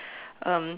um